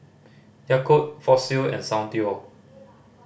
Yakult Fossil and Soundteoh